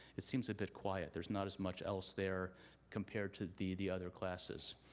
it seems a bit quiet. there's not as much else there compared to the the other classes.